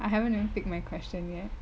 I haven't even pick my question yet